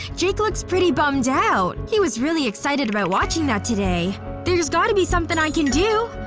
jake looks pretty bummed out he was really excited about watching that today there's got to be something i can do.